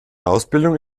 ausbildung